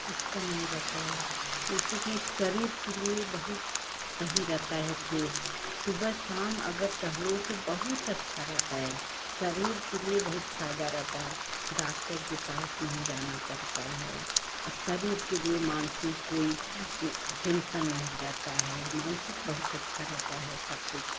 कुछ का नहीं रहता है जैसे कि शरीर के लिए बहुत सही रहता है फ्रेस सुबह शाम अगर टहलो तो बहुत अच्छा रहता है शरीर के लिए फ़ायदा रहता है डाक्टर के पास नहीं जाना पड़ता है शरीर के लिए मानसिक कोई टेंसन नहीं रहता है मानसिक बहुत अच्छा रहता है सब कुछ